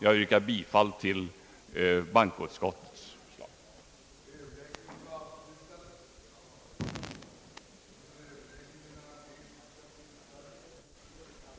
Jag yrkar bifall till bankoutskottets utlåtande.